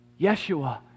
Yeshua